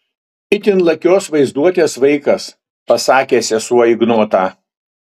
itin lakios vaizduotės vaikas pasakė sesuo ignotą